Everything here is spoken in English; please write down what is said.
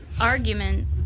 argument